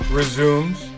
resumes